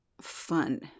fun